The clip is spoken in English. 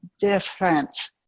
difference